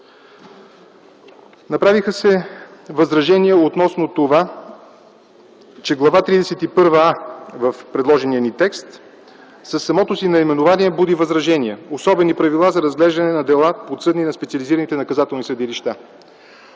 Направиха се възражения относно това, че Глава 31а в предложения ни текст със самото си наименование буди възражения: „Особени правила за разглеждане на дела подсъдни на специализираните наказателни съдилища”.